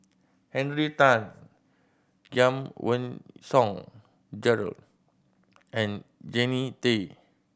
Henry Tan Giam Song Gerald and Jannie Tay